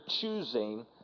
choosing